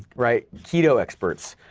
right, keto experts,